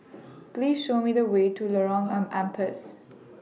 Please Show Me The Way to Lorong An Ampas